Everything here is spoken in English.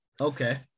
Okay